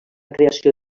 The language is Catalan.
creació